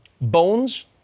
bones